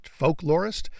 folklorist